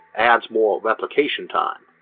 adds more replication time.